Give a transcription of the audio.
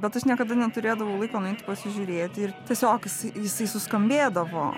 bet aš niekada neturėdavau laiko nueiti pasižiūrėti ir tiesiog jisai suskambėdavo